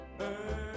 Earth